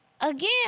Again